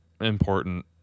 important